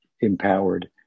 empowered